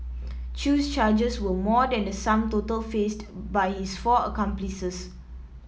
Chew's charges were more than the sum total faced by his four accomplices